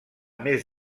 més